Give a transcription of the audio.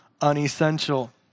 unessential